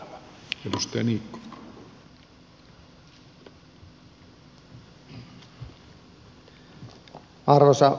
arvoisa puhemies